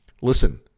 listen